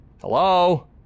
Hello